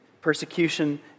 persecution